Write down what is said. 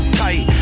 tight